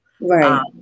right